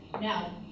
Now